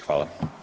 Hvala.